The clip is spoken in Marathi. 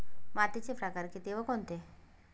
मातीचे प्रकार किती व कोणते?